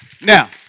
Now